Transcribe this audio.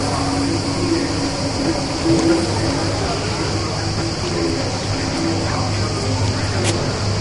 a āhiehie. ʻulaʻula ikaika, ʻulaʻula āhiehie, he ʻano ʻākala. a pēlā wale aku.